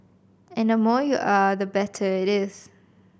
and the more you are the better it is